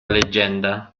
leggenda